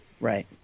Right